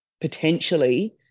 potentially